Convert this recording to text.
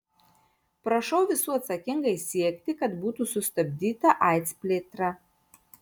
prašau visų atsakingai siekti kad būtų sustabdyta aids plėtra